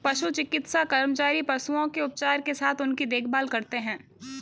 पशु चिकित्सा कर्मचारी पशुओं के उपचार के साथ उनकी देखभाल करते हैं